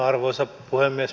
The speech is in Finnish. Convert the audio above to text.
arvoisa puhemies